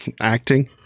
acting